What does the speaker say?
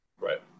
right